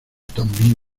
tan